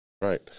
Right